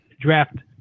draft